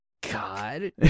God